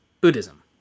Buddhism